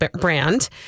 brand